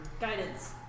Guidance